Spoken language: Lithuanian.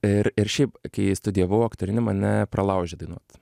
ir ir šiaip kai studijavau aktorinį mane pralaužė dainuot